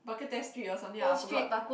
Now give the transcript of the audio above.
Bak-Kut-Teh Street or something I forgot